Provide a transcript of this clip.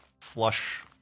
flush